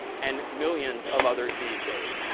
and millions of others these days.